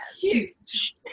Huge